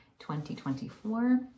2024